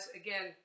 again